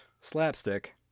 slapstick